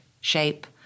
shape